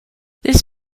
this